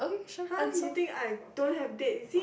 !huh! you think I don't have date is it